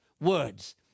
words